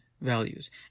values